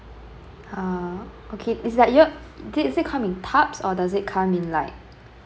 uh okay is that you did they come in tubs or does it come in like